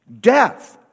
death